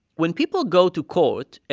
when people go to court,